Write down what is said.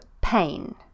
pain